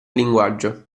linguaggio